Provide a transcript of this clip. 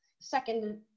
second